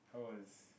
how was